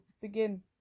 Begin